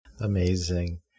amazing